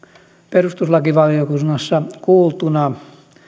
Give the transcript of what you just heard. perustuslakivaliokunnassa kuultuna